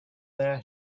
their